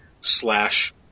slash